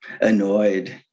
annoyed